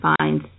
find